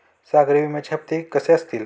सागरी विम्याचे हप्ते कसे असतील?